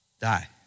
die